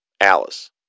Alice